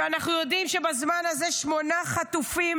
אנחנו יודעים שבזמן הזה שמונה חטופים